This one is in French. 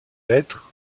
lettres